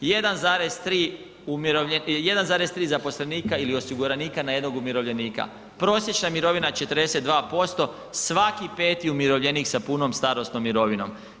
1,3 zaposlenika ili osiguranika na jednog umirovljenika, prosječna mirovina 42%, svaki 5. umirovljenik sa punom starosnom mirovinom.